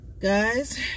Guys